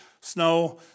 snow